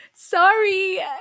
sorry